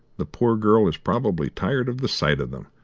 the poor girl is probably tired of the sight of them,